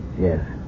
Yes